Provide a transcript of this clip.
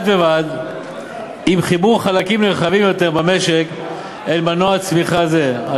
בד בבד עם חיבור חלקים נרחבים יותר במשק אל מנוע צמיחה זה,